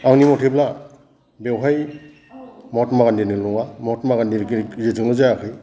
आंनि मथेब्ला बेवहाय महात्मा गान्धिनिल' नङा महात्मा गान्धिनि गेजेरजोंल' जायाखै